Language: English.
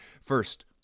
First